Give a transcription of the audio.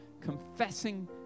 confessing